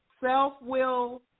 Self-will